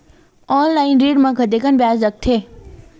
Online ऋण म कतेकन ब्याज लगथे?